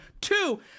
two